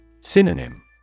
Synonym